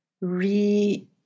re